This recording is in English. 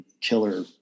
killer